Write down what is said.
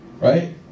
right